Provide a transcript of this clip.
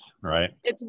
right